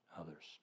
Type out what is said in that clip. others